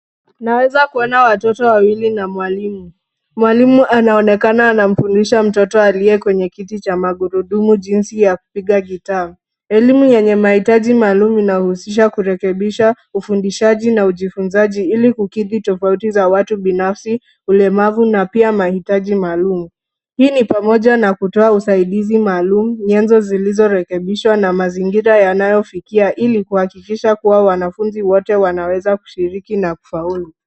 Naweza kuona watoto wawili na mwalimu. Mwalimu anaonekana anamfundisha mtoto aliye kwenye kiti cha magurudumu jinsi ya kupiga guitar . Elimu yenye mahitaji maalum inahusisha kurekebisha, ufundishaji na ujifunzaji ilikukidhi tofauti za watu binafsi, ulemavu na pia mahitaji maalum. Hii ni pamoja na kutoa usaidizi maalum, nyenzo zilizorekebishwa na mazingira yanayofikia ili, kuhakikisha kuwa wanafunzi wote wanaweza kushiriki na kufaulu.